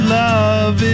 love